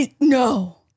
No